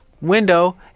window